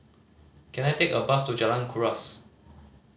can I take a bus to Jalan Kuras